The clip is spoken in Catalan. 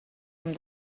amb